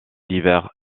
divers